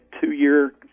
two-year